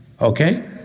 Okay